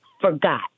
forgot